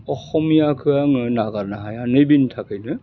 अखमियाखो आङो नागारनो हाया नैबेनि थाखायनो